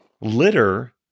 litter